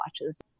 watches